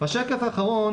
השקף האחרון